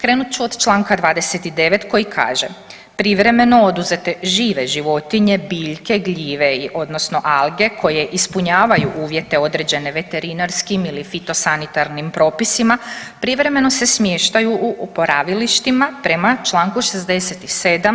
Krenut ću od čl. 29. koji kaže, privremeno oduzete žive životinje, biljke, gljive i odnosno alge koje ispunjavaju uvjete određene veterinarskim ili fitosanitarnim propisima privremeno se smještaju u oporavilištima prema čl. 67.